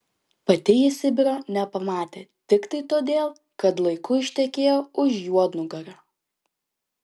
pati ji sibiro nepamatė tiktai todėl kad laiku ištekėjo už juodnugario